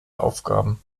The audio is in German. aufgaben